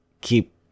keep